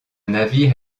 navire